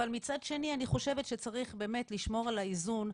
אבל מצד שני אני חושבת שצריך באמת לשמור על האיזון.